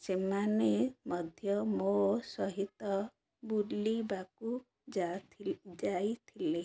ସେମାନେ ମଧ୍ୟ ମୋ ସହିତ ବୁଲିବାକୁ ଯାଇଥିଲେ